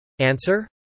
Answer